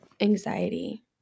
anxiety